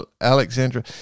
Alexandra